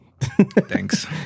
Thanks